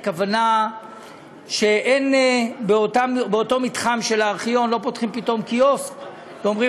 הכוונה שבאותו מתחם של הארכיון לא פותחים פתאום קיוסק ואומרים: